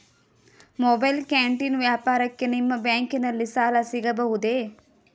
Mobile canteen ವ್ಯಾಪಾರಕ್ಕೆ ನಿಮ್ಮ ಬ್ಯಾಂಕಿನಲ್ಲಿ ಸಾಲ ಸಿಗಬಹುದೇ?